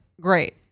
great